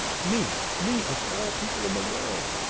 me! me, of all people in the world!